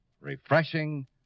refreshing